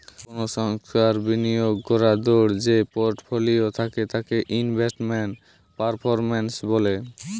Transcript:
কোনো সংস্থার বিনিয়োগ করাদূঢ় যেই পোর্টফোলিও থাকে তাকে ইনভেস্টমেন্ট পারফরম্যান্স বলে